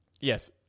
yes